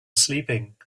sleeping